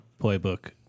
playbook